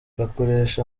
bakoresha